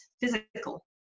physical